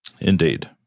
Indeed